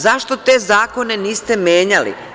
Zašto te zakone niste menjali?